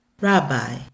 Rabbi